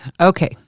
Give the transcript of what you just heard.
Okay